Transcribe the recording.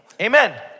Amen